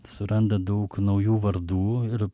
suranda daug naujų vardų ir